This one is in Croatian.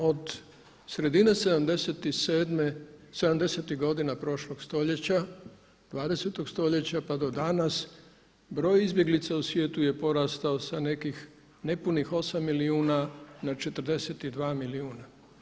Od sredine '70-ih godina prošlog stoljeća 20. stoljeća pa do danas broj izbjeglica u svijetu je porastao sa nekih nepunih 8 milijuna na 42 milijuna.